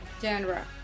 genre